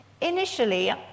Initially